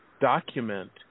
document